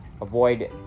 Avoid